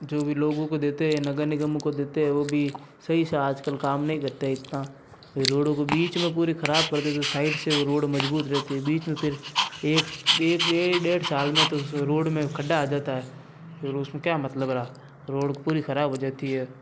जो भी लोगों को देते हैं नगर निगमों को देते हैं वो भी सही से आज कल काम नहीं करते हैं इतना कि रोडों को बीच में पूरी खराब कर देते हैं साइड से वो रोड मजबूत रहती है बीच में फिर एक डेढ़ साल में तो रोड में खड्डा आ जाता है तो फिर उस में क्या मतलब रहा रोड पूरी खराब हो जाती है